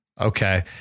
Okay